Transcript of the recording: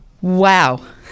Wow